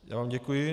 Já vám děkuji.